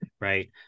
right